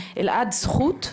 אלעד זכות?